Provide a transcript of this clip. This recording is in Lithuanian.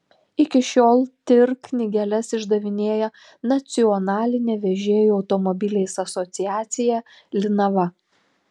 iki šiol tir knygeles išdavinėja nacionalinė vežėjų automobiliais asociacija linava